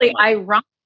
ironically